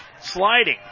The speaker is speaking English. sliding